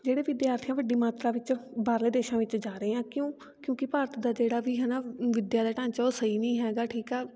ਜਿਹੜੇ ਵਿਦਿਆਰਥੀ ਆ ਵੱਡੀ ਮਾਤਰਾ ਵਿੱਚ ਬਾਹਰਲੇ ਦੇਸ਼ਾਂ ਵਿੱਚ ਜਾ ਰਹੇ ਆਂ ਕਿਉਂ ਕਿਉਂਕਿ ਭਾਰਤ ਦਾ ਜਿਹੜਾ ਵੀ ਹੈ ਨਾ ਵਿੱਦਿਆ ਦਾ ਢਾਂਚਾ ਉਹ ਸਹੀ ਨਹੀਂ ਹੈਗਾ ਠੀਕ ਆ